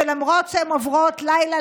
"שבועיים לתוך פעילות הממשלה,